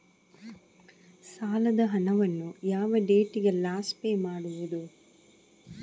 ಸಾಲದ ಹಣವನ್ನು ಯಾವ ಡೇಟಿಗೆ ಲಾಸ್ಟ್ ಪೇ ಮಾಡುವುದು?